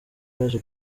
yaje